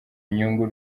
inyungu